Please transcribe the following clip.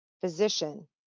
physician